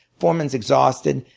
foreman's exhausted,